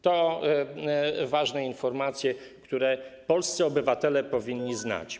To ważne informacje, które polscy obywatele powinni znać.